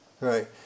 right